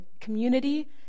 community